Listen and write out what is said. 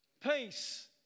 peace